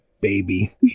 baby